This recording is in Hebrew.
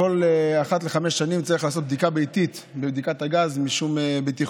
אחת לחמש שנים צריך לעשות בדיקה ביתית בבדיקת הגז לשם בטיחות